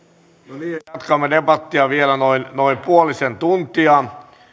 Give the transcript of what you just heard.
no niin jatkamme debattia vielä noin noin puolisen tuntia